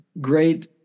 great